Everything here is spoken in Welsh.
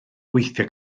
gweithio